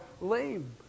lame